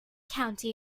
county